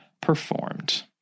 performed